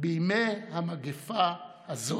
בימי המגפה הזאת.